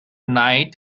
night